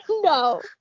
No